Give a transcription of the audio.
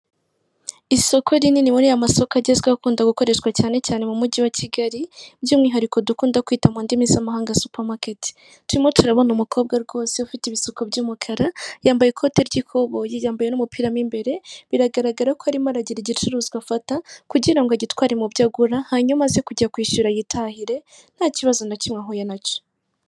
Isoko rinini muri ya masoko agezweho akunda gukoreshwa cyane cyane mu mujyi wa Kigali by'umwihariko dukunda kwita mu ndimi z'amahanga supamaketi. Turimo turabona umukobwa rwose ufite ibisuko by'umukara yambaye ikote ry'ikoboyi, yambaye n'umupira mo imbere, biragaragara ko arimo aragira igicuruzwa afata kugira ngo agitware mu byo agura, hanyuma aze kujya kwishyura yitahire nta kibazo na kimwe ahuye na cyo.